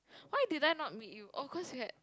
why did I not meet you oh cause you had